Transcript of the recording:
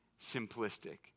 simplistic